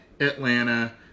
Atlanta